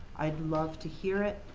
i'd love to hear it.